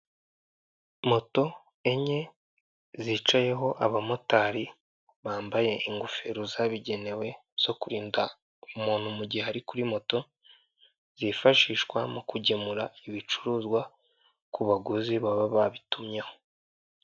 Moto enye zicayeho abamotari bambaye ingofero zabigenewe zo kurinda umuntu mu gihe ari kuri moto zifashishwa mu kugemura ibicuruzwa ku baguzi baba babitumyeho.